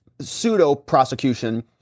pseudo-prosecution